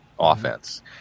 Offense